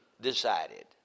decided